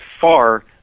far